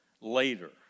later